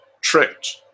tricked